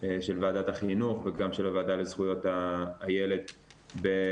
של ועדת החינוך וגם של הוועדה לזכויות הילד במוסדות